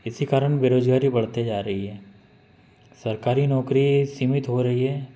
इसी कारण बेरोजगारी बढ़ते जा रही है सरकारी नौकरी सीमित हो रही है